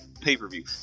pay-per-view